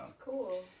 cool